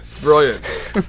Brilliant